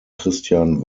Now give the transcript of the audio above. christian